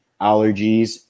allergies